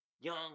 young